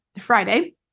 Friday